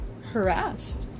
harassed